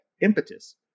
impetus